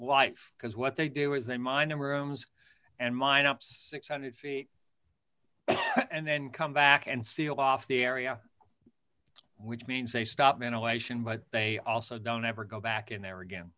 life because what they do is they my number ohm's and mine up six hundred feet and then come back and seal off the area which means they stop ventilation but they also don't ever go back in there again